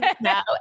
now